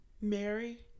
Mary